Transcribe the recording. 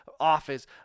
Office